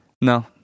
No